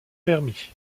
permis